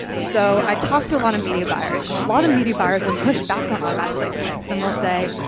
so i talked to a lot of media buyers and a lot of media buyers will push back on automatic placements and they'll say,